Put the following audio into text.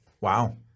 Wow